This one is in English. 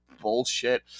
bullshit